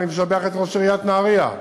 אני משבח את ראש עיריית נהריה.